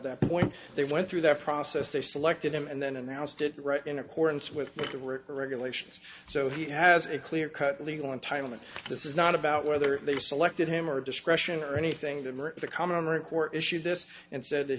that point they went through that process they selected him and then announced it right in accordance with the writ regulations so he has a clear cut legal entitlement this is not about whether they selected him or discretion or anything them or the common core issue this and said that